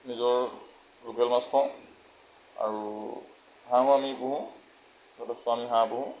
নিজৰ লোকেল মাছ খুৱাওঁ আৰু হাঁহো আমি পোহোঁ যথেষ্ট আমি হাঁহ পোহোঁ